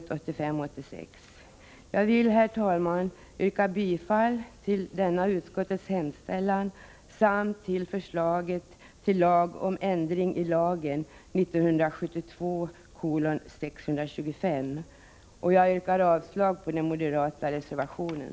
Jag vill, herr talman, yrka bifall till denna utskottets hemställan samt till förslaget till lag om ändring i lagen om statligt stöd till politiska partier. Jag yrkar således avslag på den moderata reservationen.